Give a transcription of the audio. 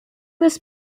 this